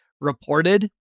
reported